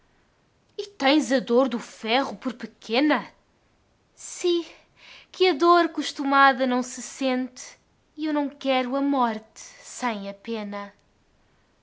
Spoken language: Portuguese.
a dor do ferro por pequena si que a dor costumada não se sente e eu não quero a morte sem a pena